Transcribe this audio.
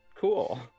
Cool